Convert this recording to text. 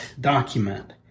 document